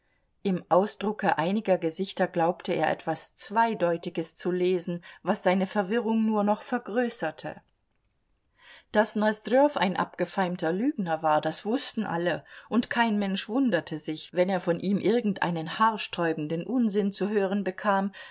im ausdrucke einiger gesichter glaubte er etwas zweideutiges zu lesen was seine verwirrung nur noch vergrößerte daß nosdrjow ein abgefeimter lügner war das wußten alle und kein mensch wunderte sich wenn er von ihm irgendeinen haarsträubenden unsinn zu hören bekam